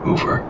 Over